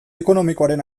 ekonomikoaren